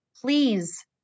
please